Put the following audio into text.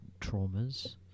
traumas